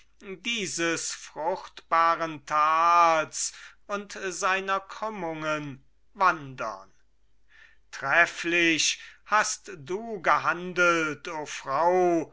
dieses fruchtbaren tals und seiner krümmungen wandern trefflich hast du gehandelt o frau